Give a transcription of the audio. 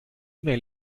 mail